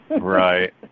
Right